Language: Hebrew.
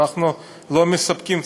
אנחנו לא מספקים,